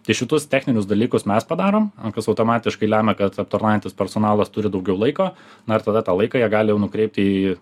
tai šitus techninius dalykus mes padarom kas automatiškai lemia kad aptarnaujantis personalas turi daugiau laiko na ir tada tą laiką jie gali nukreipti į